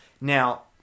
Now